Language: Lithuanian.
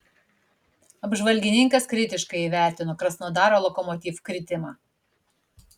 apžvalgininkas kritiškai įvertino krasnodaro lokomotiv kritimą